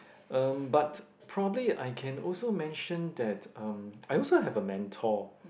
um but probably I can also mention that um I also have a mentor